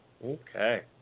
Okay